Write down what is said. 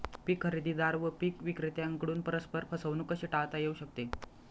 पीक खरेदीदार व पीक विक्रेत्यांकडून परस्पर फसवणूक कशी टाळता येऊ शकते?